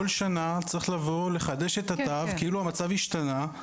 כל שנה צריך לבוא ולחדש את התו כאילו המצב השתנה.